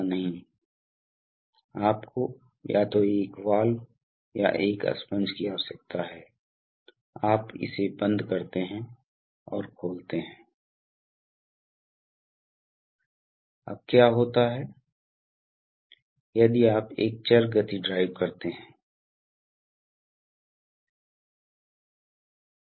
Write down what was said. तो वे आम तौर पर एक गुणात्मक संबंध हैं क्योंकि मेरा मतलब है कि मात्रा और दबाव दोनों होंगे यदि आपके पास उच्च मात्रा और उच्च दबाव है तो आप उच्च ऊर्जा रखने वाले हैं